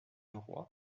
leroy